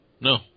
No